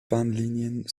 bahnlinien